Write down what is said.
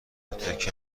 تکه